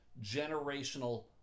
generational